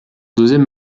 deuxième